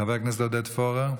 חבר הכנסת עודד פורר,